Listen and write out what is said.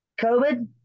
COVID